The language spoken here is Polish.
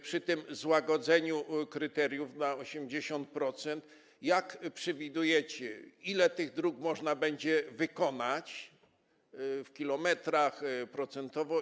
Przy złagodzeniu kryteriów na 80%, jak przewidujecie, ile dróg można będzie wykonać w kilometrach i procentowo?